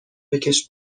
بکـش